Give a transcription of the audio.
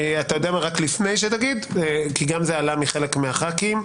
לפני שתדבר, זה עלה מחלק מחברי הכנסת,